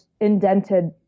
indented